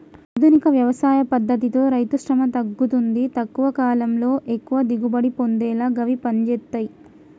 ఆధునిక వ్యవసాయ పద్దతితో రైతుశ్రమ తగ్గుతుంది తక్కువ కాలంలో ఎక్కువ దిగుబడి పొందేలా గివి పంజేత్తయ్